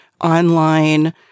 online